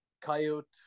coyote